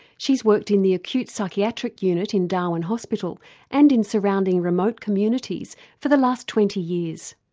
she's worked in the acute psychiatric unit in darwin hospital and in surrounding remote communities for the last twenty years.